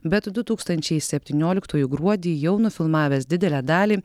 bet du tūkstančiai septynioliktųjų gruodį jau nufilmavęs didelę dalį